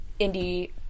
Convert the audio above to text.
indie